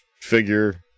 figure